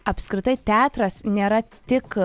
apskritai teatras nėra tik